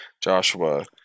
Joshua